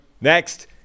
next